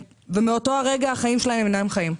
מאותו רגע החיים שלהם אינם חיים.